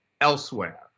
elsewhere